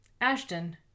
Ashton